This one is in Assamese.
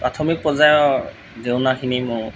প্ৰাথমিক পৰ্য্য়ায়ৰ দেওনাখিনি মোৰ